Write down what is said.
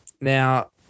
Now